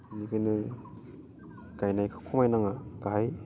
बेनिखायनो गायनायखौ खमायनाङा गाय